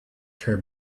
their